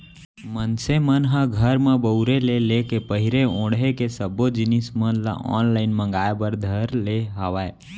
मनसे मन ह घर म बउरे ले लेके पहिरे ओड़हे के सब्बो जिनिस मन ल ऑनलाइन मांगए बर धर ले हावय